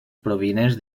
provinents